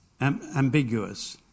ambiguous